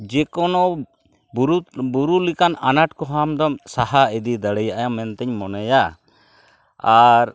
ᱡᱮᱠᱳᱱᱳ ᱵᱩᱨᱩ ᱵᱩᱨᱩ ᱞᱮᱠᱟᱱ ᱟᱱᱟᱴ ᱠᱚᱦᱚᱸ ᱟᱢᱫᱚᱢ ᱥᱟᱦᱟ ᱤᱫᱤ ᱫᱟᱲᱮᱭᱟᱜᱼᱟ ᱢᱮᱱᱛᱮᱧ ᱢᱚᱱᱮᱭᱟ ᱟᱨ